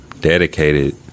dedicated